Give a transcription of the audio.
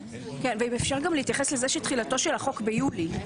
ואם אפשר גם להתייחס לזה שתחילתו של החוק ביולי,